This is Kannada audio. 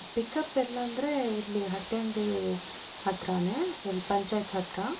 ಪಿಕಪ್ ಎಲ್ಲಂದರೆ ಇಲ್ಲಿ ಹಟ್ಟಿಯಂಗಡಿ ಹತ್ತಿರಾನೆ ಇಲ್ಲಿ ಪಂಚಾಯ್ತಿ ಹತ್ತಿರ